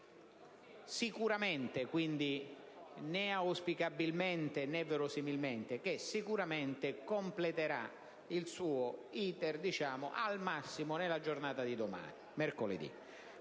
Sicuramente, però - non auspicabilmente o verosimilmente - la missione completerà il suo *iter* al massimo nella giornata di domani, mercoledì.